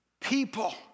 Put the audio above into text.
people